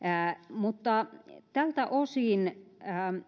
mutta tältä osin